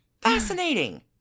Fascinating